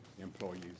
employees